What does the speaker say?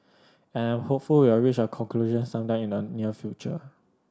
I'm hopeful we will reach a conclusion some time in the near future